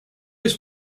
his